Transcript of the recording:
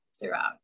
throughout